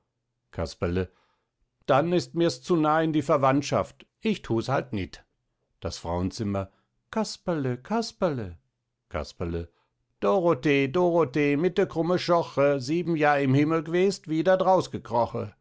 casperle dann ist mirs zu nah in die verwandschaft ich thus halt nit das frauenzimmer casperle casperle casperle dorothee dorothee mit de krumme schoche sieben jahr im himmel gewest wieder draus gekroche